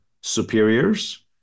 superiors